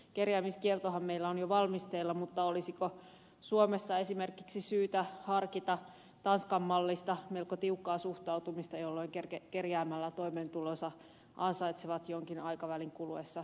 kerjäämiskieltohan meillä on jo valmisteilla mutta olisiko suomessa esimerkiksi syytä harkita tanskan mallista melko tiukkaa suhtautumista jolloin kerjäämällä toimeentulonsa ansaitsevat jonkin aikavälin kuluessa poistettaisiin maasta